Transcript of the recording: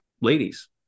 ladies